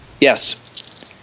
yes